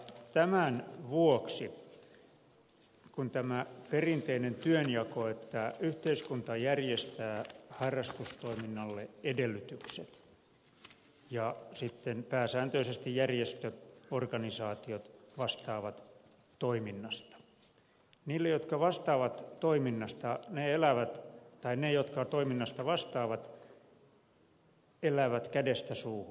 tämän vuoksi kun on tämä perinteinen työnjako että yhteiskunta järjestää harrastustoiminnalle edellytykset ja sitten pääsääntöisesti järjestöt organisaatiot vastaavat toiminnasta miljotka vastaavat toiminnastaan elävät vain ne jotka toiminnasta vastaavat elävät kädestä suuhun